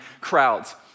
crowds